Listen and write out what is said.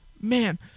man